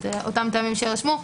אותם טעמים שיירשמו.